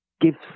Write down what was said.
gives